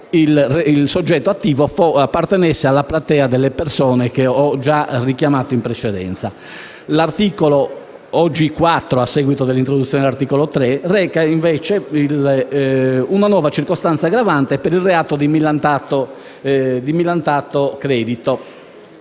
il soggetto attivo appartenesse alla platea delle persone che ho richiamato in precedenza. L'ex articolo 3, oggi 4 a seguito dell'introduzione del nuovo articolo 3, reca una nuova circostanza aggravante per il reato di millantato credito.